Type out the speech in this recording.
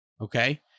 Okay